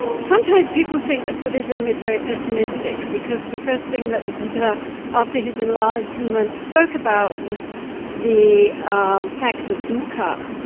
but sometimes people think that buddhism is very pessimistic because the first think that the buddha after his enlightenment spoke about was the ah fact of dukkha,